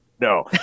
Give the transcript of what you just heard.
No